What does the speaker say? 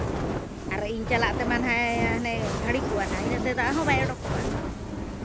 ᱟᱨ ᱤᱧ ᱪᱟᱞᱟᱜ ᱛᱮᱢᱟ ᱱᱟᱦᱟᱜ ᱮ ᱦᱟᱱᱮ ᱜᱷᱟᱹᱲᱤᱠᱚᱜᱼᱟ ᱱᱟᱦᱟᱜ ᱤᱱᱟᱹᱜ ᱛᱮ ᱫᱟᱜ ᱦᱚᱸ ᱵᱟᱭ ᱚᱰᱳᱠᱚᱜᱼᱟ ᱦᱮᱸ